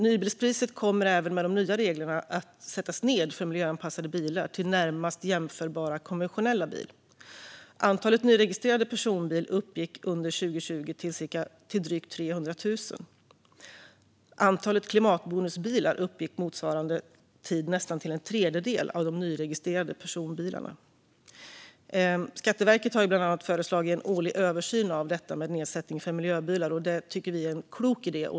Nybilspriset kommer även med de nya reglerna att sättas ned för miljöanpassade bilar till närmaste jämförbara konventionella bil. Antalet nyregistrerade personbilar uppgick under 2020 till drygt 300 000. Andelen klimatbonusbilar uppgick motsvarade tid till nästan en tredjedel av de nyregistrerade personbilarna. Skatteverket har bland annat föreslagit en årlig översyn av detta med nedsättning för miljöbilar. Det tycker vi är en klok idé.